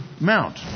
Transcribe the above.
mount